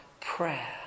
prayer